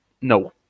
No